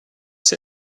sie